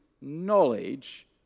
knowledge